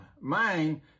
mind